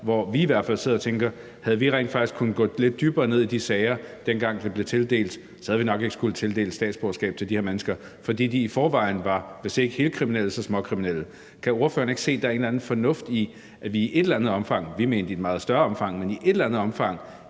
hvor vi i hvert fald sidder og tænker, at havde vi rent faktisk kunnet gå lidt dybere ned i de sager, dengang det blev tildelt, havde vi nok ikke skullet tildele statsborgerskab til de her mennesker, fordi de i forvejen var hvis ikke helkriminelle, så småkriminelle. Kan ordføreren ikke se, at der er en eller anden fornuft i, at vi i et eller andet omfang – vi mener i et meget større omfang – i Folketingets